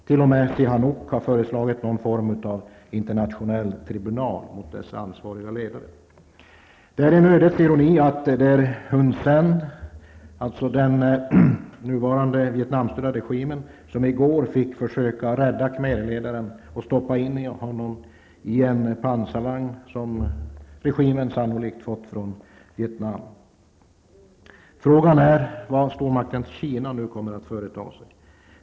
T.o.m. Sihanouk har föreslagit någon form av internationell tribunal mot dessa ansvariga ledare. Det är en ödets ironi att det var Hun Sen, alltså den nuvarande Vietnamstödda regimens ledare, som i går fick försöka rädda khmerledaren och stoppa in honom i en pansarvagn som regimen sannolikt fått från Vietnam. Frågan är vad stormakten Kina nu kommer att företa sig.